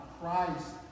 Christ